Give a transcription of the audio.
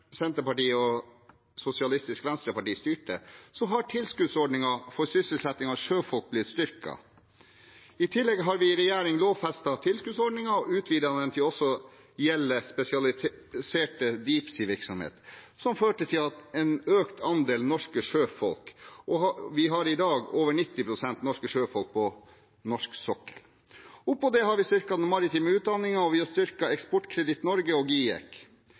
Senterpartiet og SV styrte, har tilskuddsordningen for sysselsetting av sjøfolk blitt styrket. I tillegg har vi i regjering lovfestet tilskuddsordningen og utvidet den til også å gjelde spesialisert «deep sea»-virksomhet, noe som har ført til en økt andel norske sjøfolk. Vi har i dag over 90 pst. norske sjøfolk på norsk sokkel. I tillegg har vi styrket den maritime utdanningen, og vi har styrket Eksportkreditt Norge og GIEK.